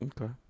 Okay